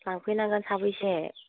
लांफैनांगोन साबैसे